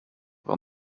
were